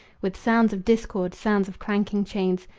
with sounds of discord, sounds of clanking chains,